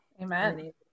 Amen